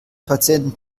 patienten